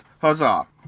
Huzzah